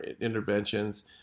interventions